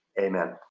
Amen